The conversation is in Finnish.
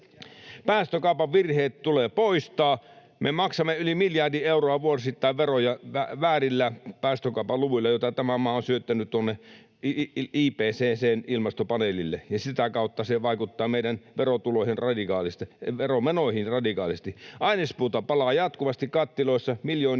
Päästökaupan virheet tulee poistaa. Me maksamme yli miljardi euroa vuosittain veroja väärillä päästökaupan luvuilla, joita tämä maa on syöttänyt tuonne IPCC:n ilmastopaneelille, ja sitä kautta se vaikuttaa meidän veromenoihin radikaalisti. Ainespuuta palaa jatkuvasti kattiloissa miljoonien